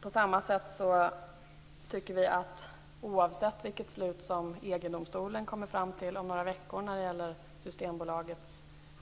På samma sätt tycker vi, oavsett vilket beslut som EG-domstolen kommer fram till om några veckor, att Systembolagets